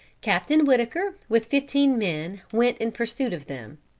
captain whittaker, with fifteen men, went in pursuit of them.